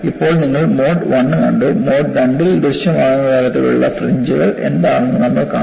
ഇപ്പോൾ നിങ്ങൾ മോഡ് 1 കണ്ടു മോഡ് 2 ൽ ദൃശ്യമാകുന്ന തരത്തിലുള്ള ഫ്രിഞ്ച്കൾ എന്താണെന്ന് നമ്മൾ കാണും